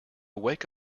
wake